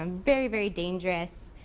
um very, very dangerous.